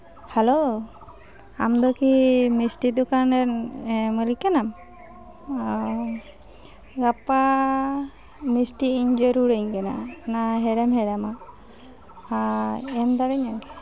hello ᱟᱢ ᱫᱚ ᱠᱤ ᱢᱤᱥᱴᱤ ᱫᱚᱠᱟᱱ ᱨᱮᱱ ᱢᱟᱹᱞᱤᱠ ᱠᱟᱱᱟᱢ ᱚᱻ ᱜᱟᱯᱟ ᱢᱤᱥᱴᱤ ᱤᱧ ᱡᱟᱹᱨᱩᱲᱟᱹᱧ ᱠᱟᱱᱟ ᱚᱱᱟ ᱦᱮᱲᱮᱢ ᱦᱮᱲᱮᱢᱟᱜ ᱟᱨ ᱮᱢ ᱫᱟᱲᱮᱭᱟᱹᱧᱟᱹᱢ